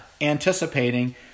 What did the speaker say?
anticipating